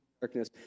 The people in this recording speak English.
darkness